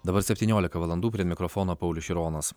dabar septyniolika valandų prie mikrofono paulius šironas